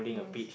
yes